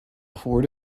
horde